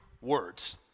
words